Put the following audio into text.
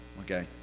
Okay